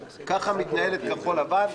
ככה מתנהלת כחול לבן.